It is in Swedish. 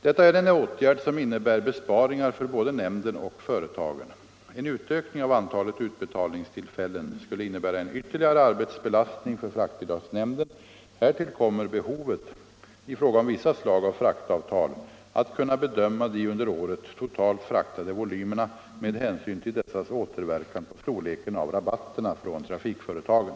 Detta är en åtgärd som innebär besparingar för både nämnden och företagen. En utökning av antalet utbetalningstillfällen skulle innebära en ytterligare arbetsbelastning för fraktbidragsnämnden. Härtill kommer behovet —- i fråga om vissa slag av fraktavtal — att kunna bedöma de under året totalt fraktade volymerna med hänsyn till dessas återverkan på storleken av rabatterna från trafikföretagen.